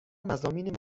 مضامین